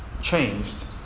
changed